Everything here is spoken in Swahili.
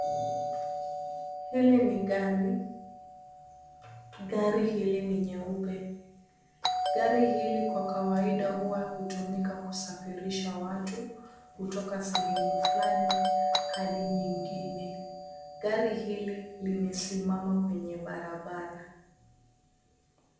Hili ni gari, gari hili ni nyeupe. Gari hili kwa kawaida huwa hutumika kusafirisha watu kutoka sehemu fulani hadi nyingine. Gari hili limesimama kwenye barabara.